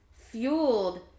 fueled